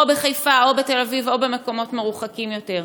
בחיפה או בתל אביב או במקומות מרוחקים יותר.